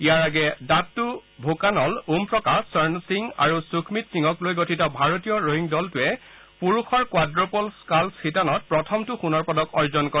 ইয়াৰ আগেয়ে দাটু ভোকানল ওম প্ৰকাশ স্বৰ্ণ সিং আৰু সুখমিত সিঙক লৈ গঠিত ভাৰতীয় ৰোয়িং দলটোৱে পুৰুষৰ কোৱাড্ডপল স্থালচ্ শিতানত প্ৰথমটো সোণৰ পদক অৰ্জন কৰে